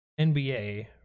NBA